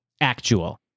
actual